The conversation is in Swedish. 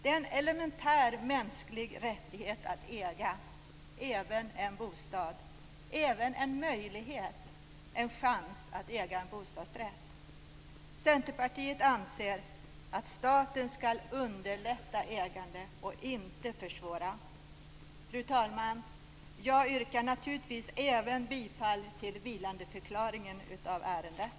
Det är en elementär mänsklig rättighet att äga, även en bostad. Det är även en möjlighet, en chans, att äga en bostadsrätt. Centerpartiet anser att staten skall underlätta ägande och inte försvåra det. Fru talman! Jag yrkar naturligtvis även bifall till vilandeförklaringen av ärendet.